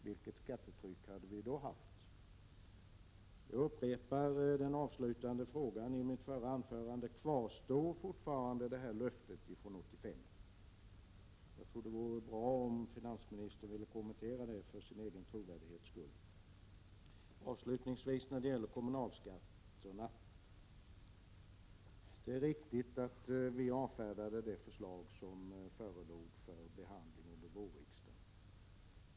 Vilket hade skattetrycket då varit? Jag upprepar den avslutande frågan i mitt förra anförande: Kvarstår fortfarande löftet från 1985? Det vore bra om finansministern ville kommentera det, för sin egen trovärdighets skull. När det gäller kommunalskatterna är det riktigt att centerpartiet avfärdade det förslag som förelåg för behandling under vårriksdagen.